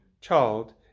child